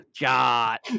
God